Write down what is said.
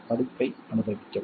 படிப்பை அனுபவிக்கவும்